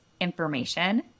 information